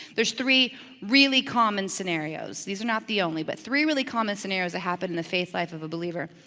there's three really common scenarios. these are not the only, but three really common scenarios that happen in the faith life of a believer.